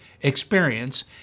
experience